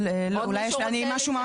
עוד מישהו רוצה להתייחס?